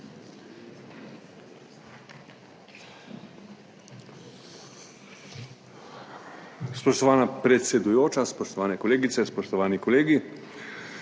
Spoštovana predsedujoča, spoštovane kolegice, spoštovani kolegi.